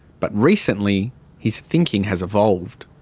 but recently his thinking has evolved.